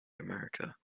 america